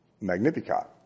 Magnificat